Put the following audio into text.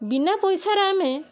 ବିନା ପଇସାରେ ଆମେ